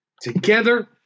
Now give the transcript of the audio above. together